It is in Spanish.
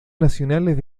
nacionales